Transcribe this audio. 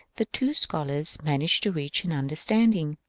the two scholars managed to reach an understanding.